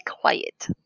quiet